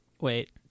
Wait